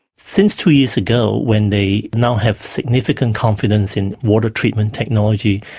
since two years ago when they now have significance confidence in water treatment technology,